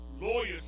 Lawyers